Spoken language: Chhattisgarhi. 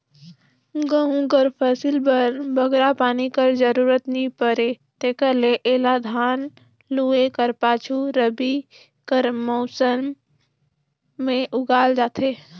गहूँ कर फसिल बर बगरा पानी कर जरूरत नी परे तेकर ले एला धान लूए कर पाछू रबी कर मउसम में उगाल जाथे